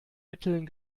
mitteln